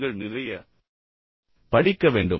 நீங்கள் நிறைய படிக்க வேண்டும்